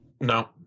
No